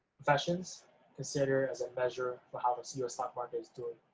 professions consider as a measure for how the us us stock market is doing,